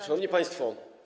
Szanowni Państwo!